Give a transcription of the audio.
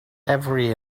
every